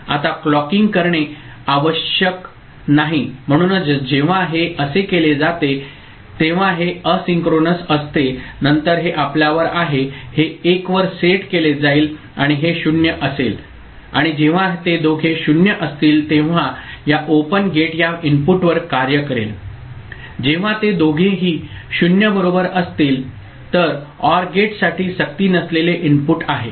आता क्लॉकिंग करणे आवश्यक नाही म्हणूनच जेव्हा हे असे केले जाते तेव्हा हे एसिंक्रोनस असते नंतर हे आपल्यावर आहे हे 1 वर सेट केले जाईल आणि हे 0 असेल आणि जेव्हा ते दोघे 0 असतील तेव्हा या ओपन गेट या इनपुटवर कार्य करेल जेव्हा ते दोघेही 0 बरोबर असतील तर OR गेटसाठी सक्ती नसलेले इनपुट आहे